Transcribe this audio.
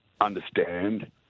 understand